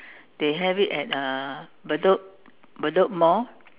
they have it at uh Bedok Bedok Mall